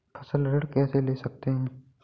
फसल ऋण कैसे ले सकते हैं?